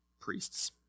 priests